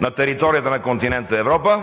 на територията на континента Европа